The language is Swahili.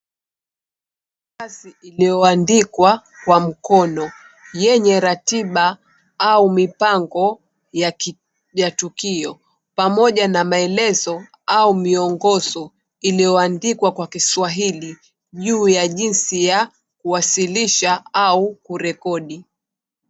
Karatasi iliyoandikwa kwa mkono yenye ratiba au mipango ya tukio pamoja na maelezo au miongozo iliyoandikwa kwa kiswahili juu ya jinsi ya kuwasilisha au kurekodi.